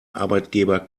arbeitgeber